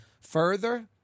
further